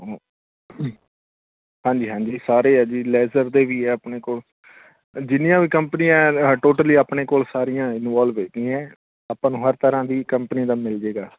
ਹਾਂਜੀ ਹਾਂਜੀ ਸਾਰੇ ਆ ਜੀ ਲੈਜਰ ਦੇ ਵੀ ਆ ਆਪਣੇ ਕੋਲ ਜਿੰਨੀਆਂ ਵੀ ਕੰਪਨੀਆਂ ਟੋਟਲੀ ਆਪਣੇ ਕੋਲ ਸਾਰੀਆਂ ਇਨਵੋਲਵ ਹੈਗੀਆਂ ਆਪਾਂ ਨੂੰ ਹਰ ਤਰ੍ਹਾਂ ਦੀ ਕੰਪਨੀ ਦਾ ਮਿਲ ਜਾਵੇਗਾ